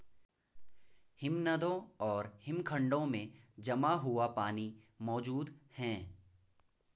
हिमनदों और हिमखंडों में जमा हुआ पानी मौजूद हैं